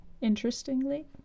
interestingly